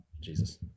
Jesus